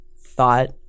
thought